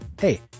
hey